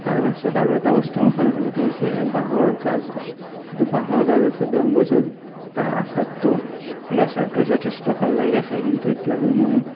তাৰ পাছত আৰু এটা বস্তু ভাল লাগে সেইটো হৈছে বাঁহৰ গাজ সেইটো বাঁহৰ গাজ হৈছে বেম্ব' ছু'ট তাৰ আচাৰটো সেই আচাৰটো যথেষ্ট ভাল লাগে খাই কিন্তু এতিয়ালৈ মই